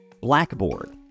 blackboard